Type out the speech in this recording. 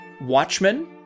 Watchmen